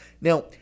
Now